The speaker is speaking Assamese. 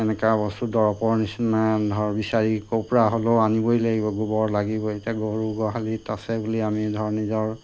এনেকুৱা বস্তু দৰৱৰ নিচিনা ধৰ বিচাৰি ক'ৰপৰা হ'লেও আনিবই লাগিব গোবৰ লাগিবই এতিয়া গৰু গোহালিত আছে বুলি আমি ধৰ নিজৰ